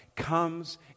Comes